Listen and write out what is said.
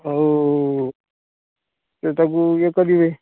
ଆଉ ସେଇଟାକୁ ଇଏ କରିବେ